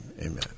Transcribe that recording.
amen